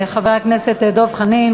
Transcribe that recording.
חבר הכנסת דב חנין,